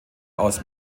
aus